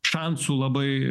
šansų labai